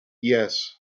yes